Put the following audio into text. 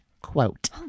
quote